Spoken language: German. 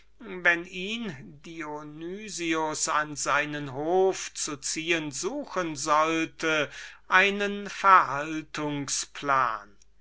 wenn ihn dionys an seinen hof zu ziehen suchen sollte einen